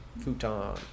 Futon